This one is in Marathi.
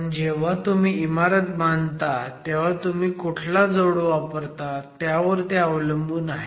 पण जेव्हा तुम्ही इमारत बांधता तेव्हा तुम्ही कुठला जोड वापरता त्यावर ते अवलंबून आहे